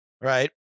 right